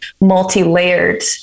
multi-layered